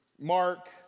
Mark